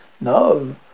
No